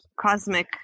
cosmic